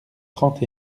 trente